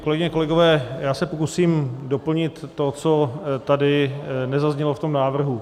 Kolegyně, kolegové, já se pokusím doplnit to, co tady nezaznělo v tom návrhu.